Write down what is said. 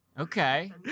Okay